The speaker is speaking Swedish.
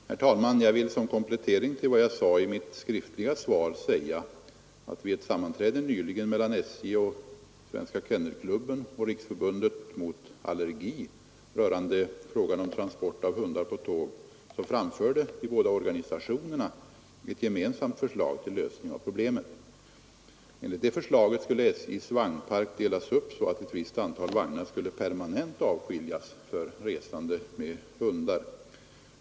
Herr talman! Jag vill som komplettering till vad jag sade i mitt frågesvar framhålla att vid ett sammanträde nyligen mellan SJ och Svenska kennelklubben samt Riksförbundet mot allergi rörande frågan om transport av hundar på tåg framförde de båda organisationerna ett gemensamt förslag till lösning av problemet. Enligt det förslaget skulle SJ:s vagnpark delas upp så att ett visst antal vagnar skulle permanent avskiljas för resande med hundar.